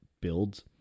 builds